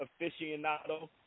aficionado